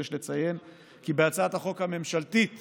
יש לציין כי בהצעת החוק הממשלתית